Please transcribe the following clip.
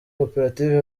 koperative